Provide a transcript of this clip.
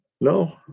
no